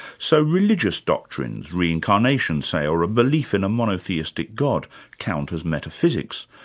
so religious doctrines reincarnation, say, or a belief in a monotheistic god count as metaphysics.